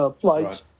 flights